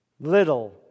Little